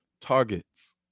targets